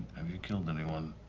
um you killed anyone?